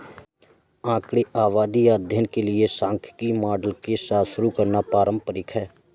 आंकड़े आबादी या अध्ययन के लिए एक सांख्यिकी मॉडल के साथ शुरू करना पारंपरिक है